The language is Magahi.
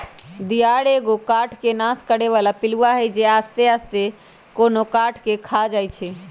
दियार एगो काठ के नाश करे बला पिलुआ हई जे आस्ते आस्ते कोनो काठ के ख़ा जाइ छइ